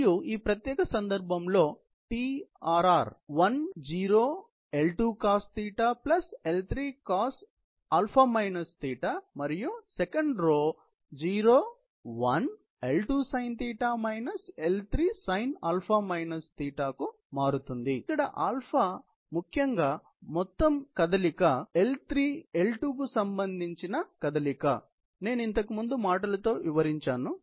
మరియు ఈ ప్రత్యేక సందర్భంలో TRR 1 0 L2 cos θ L3 cos α θ మరియు 0 1 L2 sinθ L3 sin α θ కు సమానంగా మారుతుంది ఇక్కడ α ప్రాథమికంగా మొత్తం కదలిక క్షమించండి ఈ మొత్తం కదలికను L3 L2 కు సంబంధించి నేను ఇంతకు ముందు మాటలతో వివరించాను